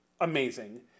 Amazing